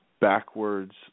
backwards